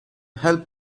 help